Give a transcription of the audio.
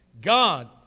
God